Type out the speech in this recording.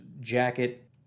jacket